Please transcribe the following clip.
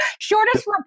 shortest